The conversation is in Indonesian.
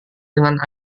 dengan